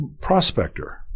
prospector